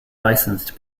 licensed